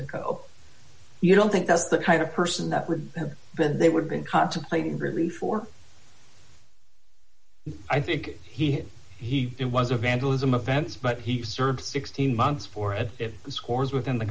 ago you don't think that's the kind of person that would have been they would been contemplating relief for i think he he it was a vandalism offense but he served sixteen months for it if the score is within the